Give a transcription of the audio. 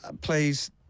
Please